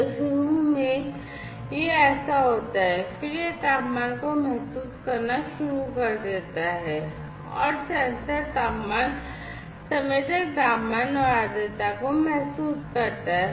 तो शुरू में यह ऐसा होता है फिर यह तापमान को महसूस करना शुरू कर देता है और सेंसर तापमान संवेदक तापमान और आर्द्रता को महसूस करता है